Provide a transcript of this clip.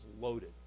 loaded